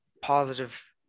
positive